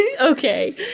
okay